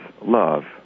love